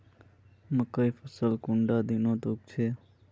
मकई फसल कुंडा दिनोत उगैहे?